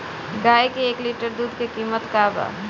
गाय के एक लिटर दूध के कीमत केतना बा?